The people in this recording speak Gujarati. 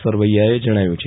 સરવૈયાએ જણાવ્યું છે